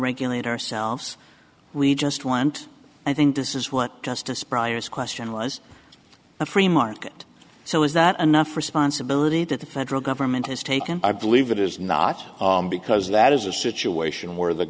regulate ourselves we just want i think this is what justice briar's question was a free market so is that enough responsibility that the federal government has taken i believe it is not because that is a situation where the